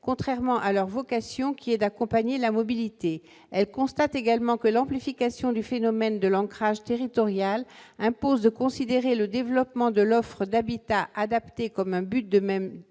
contrairement à leur vocation qui est d'accompagner la mobilité. » Elle constate également que « l'amplification du phénomène de " l'ancrage territorial " impose de considérer le développement de l'offre d'habitat adapté comme un but de même importance